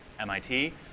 MIT